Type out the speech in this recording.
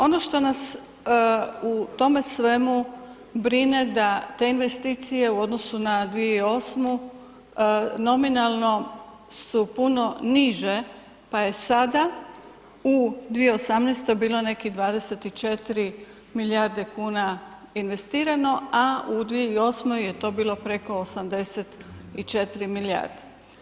Ono što nas u tome svemu brine da te investicije u odnosu na 2008. nominalno su puno niže pa je sada u 2018. bilo nekih 24 milijarde kuna investirano a u 2008. je to bilo preko 84 milijarde.